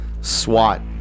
swat